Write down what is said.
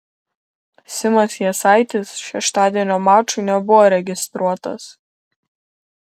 simas jasaitis šeštadienio mačui nebuvo registruotas